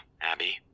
Abby